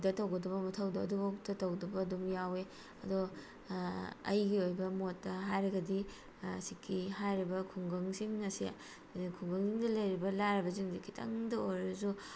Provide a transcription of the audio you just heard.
ꯗ ꯇꯧꯒꯗꯕ ꯃꯊꯧꯗꯣ ꯑꯗꯨꯕꯐꯥꯎꯕꯇ ꯇꯧꯗꯕ ꯑꯗꯨꯝ ꯌꯥꯎꯏ ꯑꯗꯣ ꯑꯩꯒꯤ ꯑꯣꯏꯕ ꯃꯣꯠꯇ ꯍꯥꯏꯔꯒꯗꯤ ꯁꯤꯀꯤ ꯍꯥꯏꯔꯤꯕ ꯈꯨꯡꯒꯪꯁꯤꯡ ꯑꯁꯦ ꯈꯨꯡꯒꯪꯁꯤꯡꯗ ꯂꯩꯔꯤꯕ ꯂꯥꯏꯔꯕꯁꯤꯡꯁꯦ ꯈꯤꯇꯪꯗ ꯑꯣꯏꯔꯁꯨ